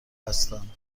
هستند